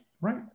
right